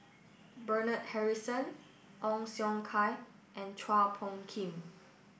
Bernard Harrison Ong Siong Kai and Chua Phung Kim